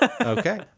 okay